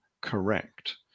correct